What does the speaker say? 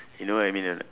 you know that I mean or not